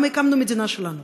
למה הקמנו את המדינה שלנו,